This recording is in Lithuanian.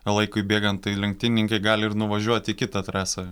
laikui bėgant tai lenktynininkai gali ir nuvažiuoti į kitą trasą